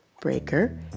breaker